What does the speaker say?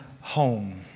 home